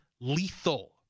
lethal